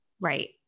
Right